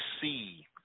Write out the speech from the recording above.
see